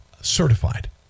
certified